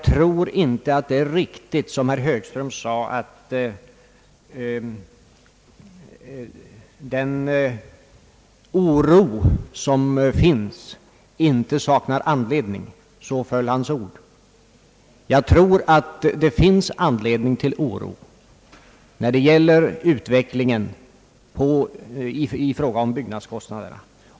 Det är nog inte riktigt, som herr Högström sade, att den oro som finns saknar anledning. Ja, så föll hans ord. Jag tror att det finns anledning till oro när det gäller byggnadskostnadernas utveckling.